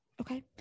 Okay